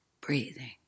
breathing